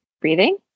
breathing